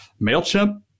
MailChimp